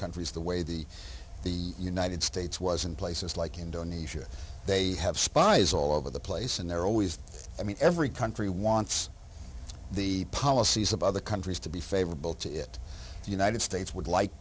countries the way the the united states was in places like indonesia they have spies all over the place and they're always i mean every country wants the policies of other countries to be favorable to it the united states would like